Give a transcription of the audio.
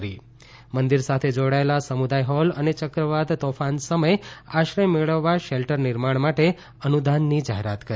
શ્રી મોદીએ મંદિર સાથે જોડાયેલા સમુદાય હોલ અને ચક્રવાત તોફાન સમય આશ્રય મેળવવા શેલ્ટર નિર્માણ માટે અનુદાનની જાહેરાત કરી